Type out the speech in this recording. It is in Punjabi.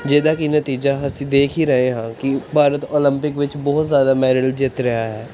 ਜਿਹਦਾ ਕਿ ਨਤੀਜਾ ਅਸੀਂ ਦੇਖ ਹੀ ਰਹੇ ਹਾਂ ਕਿ ਭਾਰਤ ਉਲੰਪਿਕ ਵਿੱਚ ਬਹੁਤ ਜ਼ਿਆਦਾ ਮੈਡਲ ਜਿੱਤ ਰਿਹਾ ਹੈ